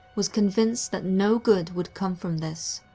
was convinced that no good would come from this.